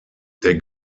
der